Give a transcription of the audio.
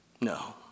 No